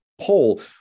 poll